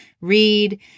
read